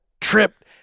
tripped